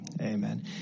Amen